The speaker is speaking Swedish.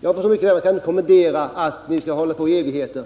Jag förstår mycket väl att man inte kan kommendera företaget till att hålla på i evigheter,